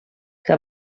que